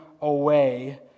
away